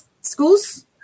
schools